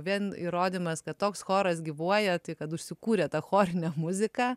vien įrodymas kad toks choras gyvuoja tai kad užsikūrė ta chorinė muzika